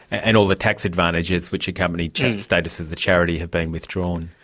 and all the tax advantages which accompany status as a charity have been withdrawn.